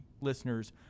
listeners